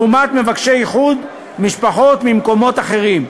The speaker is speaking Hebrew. לעומת מבקשי איחוד משפחות ממקומות אחרים,